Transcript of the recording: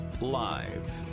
Live